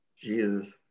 Jesus